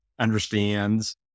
understands